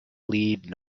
lead